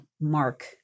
mark